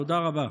תודה רבה.